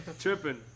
Tripping